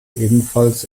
ebenfalls